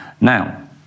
Now